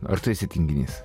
ar tu esi tinginys